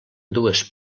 dues